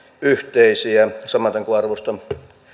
yhteisiä samoin kuin arvostan